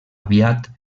aviat